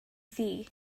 ddu